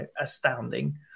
astounding